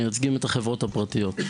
מייצגים את החברות הפרטיות.